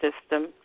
system